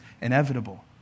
inevitable